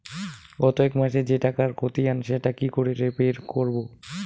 গত এক মাসের যে টাকার খতিয়ান সেটা কি করে বের করব?